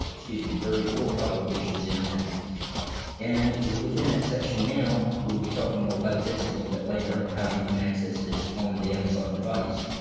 excuse me, thirty four publications in that and within that section. now we'll be talking more about this a little bit later and how you can access this on the amazon device.